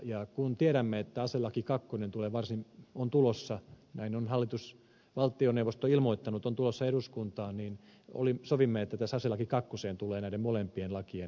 ja kun tiedämme että aselaki kakkonen on tulossa eduskuntaan näin on valtioneuvosto ilmoittanut niin sovimme että aselaki kakkoseen tulee näiden molempien lakien seurantavelvollisuus